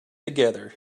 together